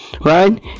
right